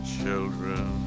children